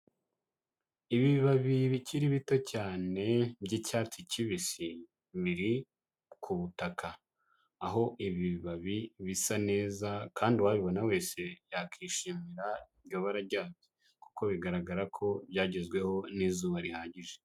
Ibibabi bikiri bito cyane, by'icyatsi kibisi, biri ku butaka. Aho ibi bibabi bisa neza, kandi uwabibona wese, yakishimira iryo bara ryabyo. Kuko bigaragara ko, byagezweho n'izuba rihagije.